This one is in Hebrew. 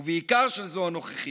ובעיקר של זו הנוכחית,